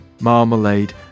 marmalade